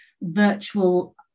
virtual